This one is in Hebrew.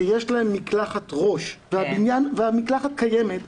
שיש להם מקלחת ראש והמקלחת קיימת,